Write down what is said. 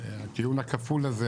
הטיעון הכפול הזה,